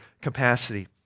capacity